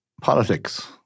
Politics